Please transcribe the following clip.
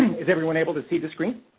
is everyone able to see the screen?